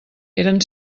eren